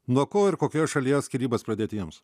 nuo ko ir kokioje šalyje skyrybas pradėti jiems